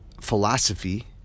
philosophy